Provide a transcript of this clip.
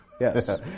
Yes